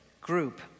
group